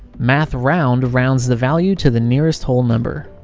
math round rounds the value to the nearest whole number.